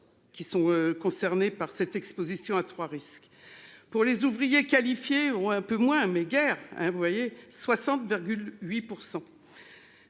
qui sont concernés par cette exposition à trois risque pour les ouvriers qualifiés ou un peu moins mais guère hein.